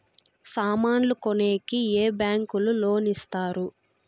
సామాన్లు కొనేకి ఏ బ్యాంకులు లోను ఇస్తారు?